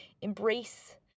embrace